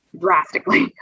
drastically